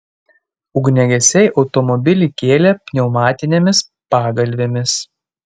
ugniagesiai automobilį kėlė pneumatinėmis pagalvėmis